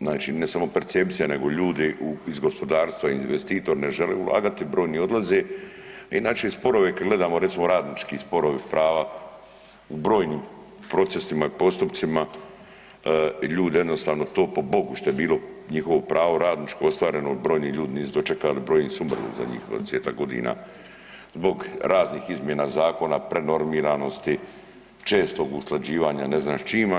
znači ne samo percepcija nego ljudi iz gospodarstva, investitori ne žele ulagati brojni odlaze, a inače i sporove kad gledamo recimo radnički sporovi, prava u brojnim procesima i postupcima ljude jednostavno to po Bogu što je njihovo pravo radničko ostvareno brojni ljudi nisu dočekali, brojni su umrli u zadnjih 20-tak godina zbog raznih izmjena zakona, prenormiranosti, čestog usklađivanja ne znam s čim.